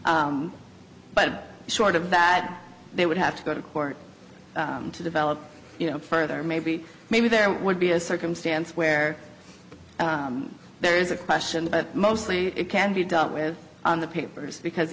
but short of that they would have to go to court to develop further maybe maybe there would be a circumstance where there is a question but mostly it can be dealt with on the papers because